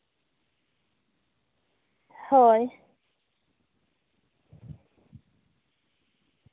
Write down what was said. ᱦᱳᱭ